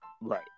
right